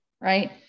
right